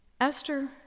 Esther